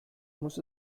muss